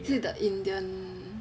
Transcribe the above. is it the indian